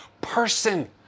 person